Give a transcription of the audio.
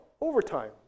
overtime